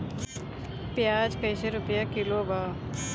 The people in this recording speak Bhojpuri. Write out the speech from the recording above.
प्याज कइसे रुपया किलो बा?